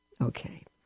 Okay